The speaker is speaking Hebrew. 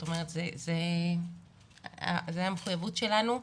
זאת המחויבות שלנו,